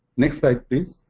next slide, please.